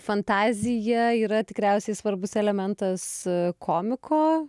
fantazija yra tikriausiai svarbus elementas komiko